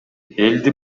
элди